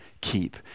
keep